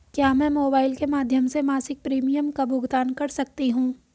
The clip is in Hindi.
क्या मैं मोबाइल के माध्यम से मासिक प्रिमियम का भुगतान कर सकती हूँ?